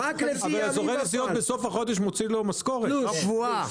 רק לפי --- החזרי נסיעות בסוף החודש מוציאים לו במשכורת --- בסוף